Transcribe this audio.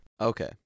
okay